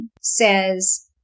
says